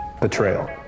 Betrayal